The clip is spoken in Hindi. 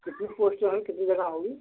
कितनी पोस्ट है कितनी जगह होगी